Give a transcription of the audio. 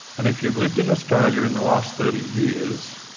and if you've lived in australia in the last thirty years,